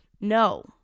No